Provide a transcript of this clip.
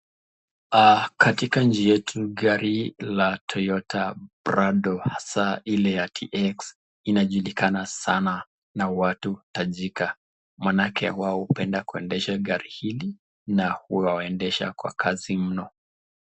Katika nchi yetu gari la toyota prado hasa ile ya tx inajulikana sana na watu tajika manake wao hupenda gari hili hundesha kwa kazi mno.